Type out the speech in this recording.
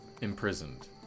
imprisoned